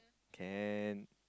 can